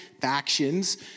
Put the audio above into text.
factions